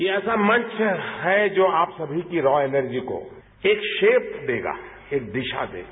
ये ऐसा मंच है जो आप सभी की रॉ एनर्जी को एक शेप देगा एक दिशा देगा